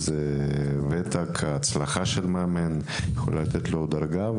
הוותק וההצלחה של מאמן יכולים לתת לו דרגה,